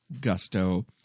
gusto